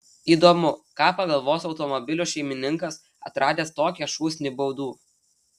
įdomu ką pagalvos automobilio šeimininkas atradęs tokią šūsnį baudų